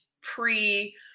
pre